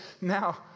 Now